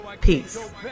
Peace